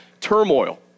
turmoil